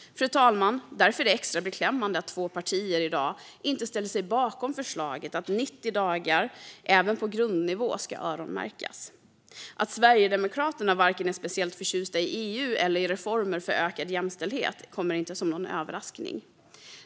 Fru talman! Därför är det extra beklämmande att två partier inte i dag ställer sig bakom förslaget att 90 dagar även på grundnivå ska öronmärkas. Att Sverigedemokraterna inte är speciellt förtjusta i vare sig EU eller reformer för ökad jämställdhet kommer inte som någon överraskning.